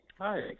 Hi